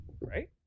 right